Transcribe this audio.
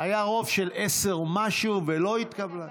היה רוב של עשרה או משהו, ולא התקבלה,